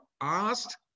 asked